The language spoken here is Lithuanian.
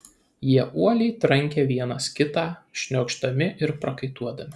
jie uoliai trankė vienas kitą šniokšdami ir prakaituodami